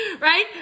right